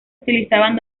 utilizaban